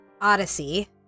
Odyssey